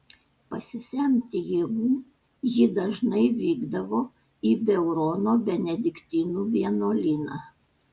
pasisemti jėgų ji dažnai vykdavo į beurono benediktinų vienuolyną